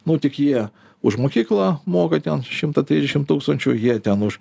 nu tik jie už mokyklą moka ten šimtą trisdešim tūkstančių jie ten už